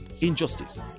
injustice